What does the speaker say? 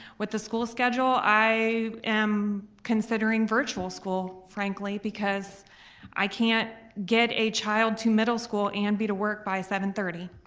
with the school schedule i am considering virtual school, frankly because i can't get a child to middle school and be to work by seven thirty.